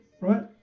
right